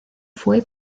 fue